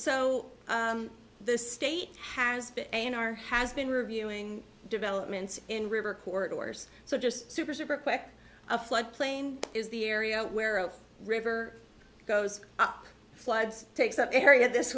so the state has been and are has been reviewing developments in river court orders so just super super quick a flood plain is the area where a river goes up floods takes up an area this